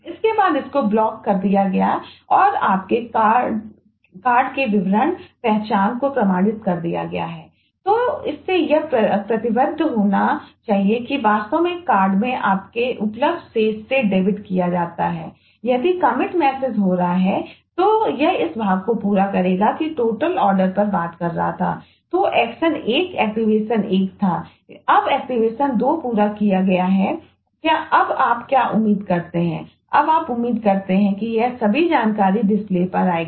इसके बाद इसको ब्लॉक के माध्यम से अब आपके द्वारा खरीदी गई वस्तुओं का विवरण आपको पता चल जाएगा